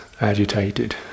agitated